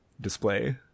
display